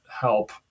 help